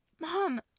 Mom